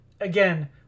again